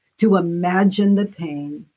to imagine the pain,